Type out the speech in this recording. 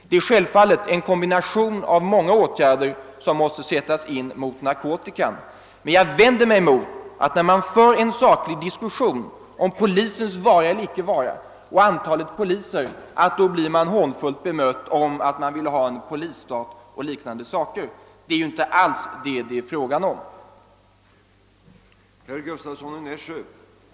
Det är självfallet en kombination av många åtgärder som måste sättas in mot narkotikan. Men när man för en saklig diskussion om polisens vara eller icke vara och antalet poliser vänder jag mig mot att man blir hånfullt bemött genom påstående om att man vill ha en polisstat och liknande saker. Det är inte alls fråga om det.